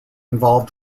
involve